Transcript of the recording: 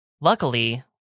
Luckily